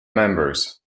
members